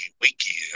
wiki